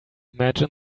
imagine